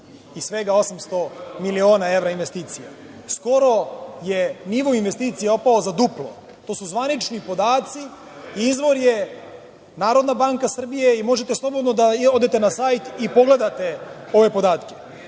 i svega 800 miliona evra investicija. Skoro je nivo investicija opao za duplo. To su zvanični podaci, izvor je Narodna banka Srbije i možete slobodno da odete na sajt i pogledate ove podatke. Kada